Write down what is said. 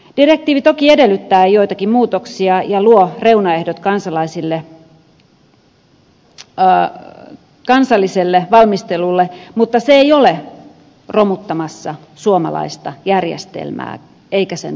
direktiivi toki edellyttää joitakin muutoksia ja luo reunaehdot kansalliselle valmistelulle mutta se ei ole romuttamassa suomalaista järjestelmää eikä sen toimivuutta